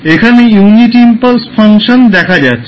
এখানে unit impulse function দেখা যাচ্ছে